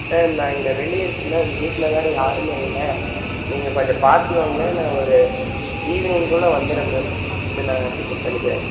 ma'am நான் இங்கே வெளியே இருக்கேன் மேம் வீட்டில் வேறு யாருமே இல்லை நீங்கள் கொஞ்சம் பார்த்து வாங்க நான் ஒரு ஈவினிங்குள்ளே வந்துடறேன் மேம் வந்து நான் பிக்அப் பண்ணிக்கிறேன்